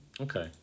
Okay